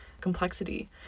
complexity